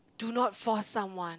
do not force someone